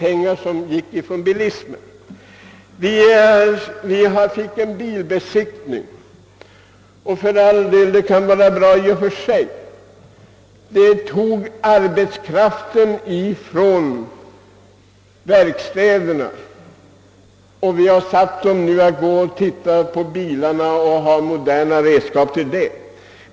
En särskild bilinspektion har införts, och det kan vara bra i och för sig. Arbetskraften till denna bilinspektion togs emellertid från bilverkstäderna, och många av dem som tidigare arbetade på verkstäder går nu och inspekterar bilarna och har moderna redskap för det.